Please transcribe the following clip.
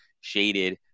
shaded